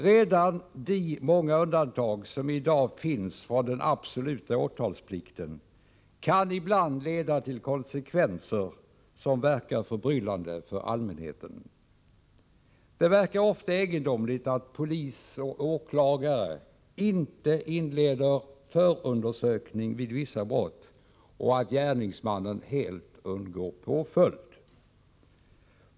Redan de många undantag som i dag finns från den absoluta åtalsplikten kan ibland leda till konsekvenser som verkar förbryllande för allmänheten. Det verkar ofta egendomligt att polis och åklagare inte inleder förundersökning vid vissa brott och att gärningsmannen helt undgår påföljd.